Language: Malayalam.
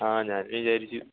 ആ ഞാനും വിചാരിച്ചു